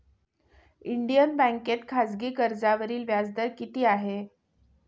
Indian बँकेत खाजगी कर्जावरील व्याजदर किती आहे?